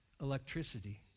electricity